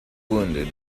wounded